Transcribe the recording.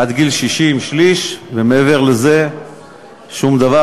עד גיל 60 שליש, ומעבר לזה שום דבר.